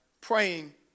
Praying